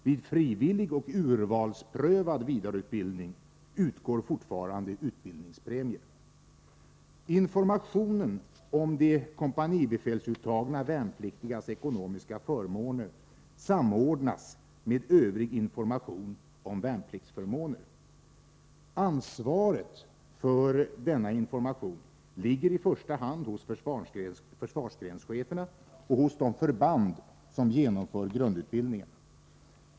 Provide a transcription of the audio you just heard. Vid frivillig och urvalsprövad vidareutbildning utgår fortfarande utbildningspremier. Information om de kompanibefälsuttagna värnpliktigas ekonomiska förmåner samordnas med övrig information om värnpliktsförmåner. Ansvaret för denna information ligger i första hand hos försvarsgrenscheferna och hos de förband som genomför grundutbildning.